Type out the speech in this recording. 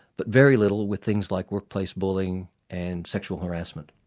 but very little with things like workplace bullying and sexual harassment.